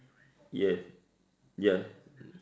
yes ya